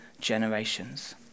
generations